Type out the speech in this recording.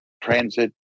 transit